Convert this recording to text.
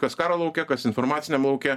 kas karo lauke kas informaciniam lauke